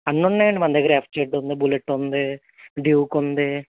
అన్నీ ఉన్నాయండి మన దగ్గర ఎఫ్జడ్ఎక్స్ ఉంది బుల్లెట్ ఉంది డ్యూక్ ఉంది